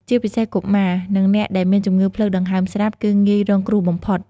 ជាពិសេសកុមារ និងអ្នកដែលមានជំងឺផ្លូវដង្ហើមស្រាប់ គឺងាយរងគ្រោះបំផុត។